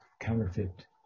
counterfeit